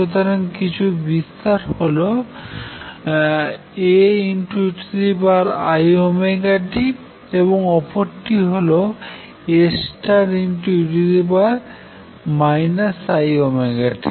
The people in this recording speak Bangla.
সুতরাং কিছু বিস্তার হল Aeiωt এবং অপরটি হল Ae iωt